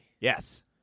Yes